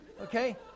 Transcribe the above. Okay